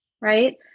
right